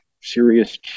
serious